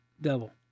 devil